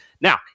Now